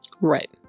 Right